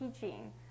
teaching